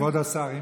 כבוד השר,